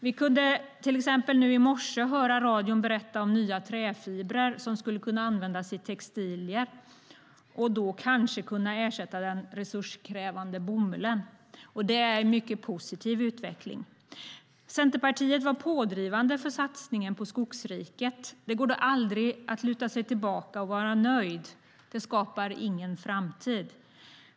Vi kunde till exempel i morse höra radion berätta om nya träfibrer som skulle kunna användas i textilier och då kanske kunna ersätta den resurskrävande bomullen. Det är en mycket positiv utveckling. Centerpartiet var pådrivande för satsningen på Skogsriket. Det går dock aldrig att luta sig tillbaka och vara nöjd. Det skapar ingen framtid.